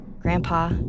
Grandpa